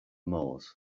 moors